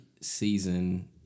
season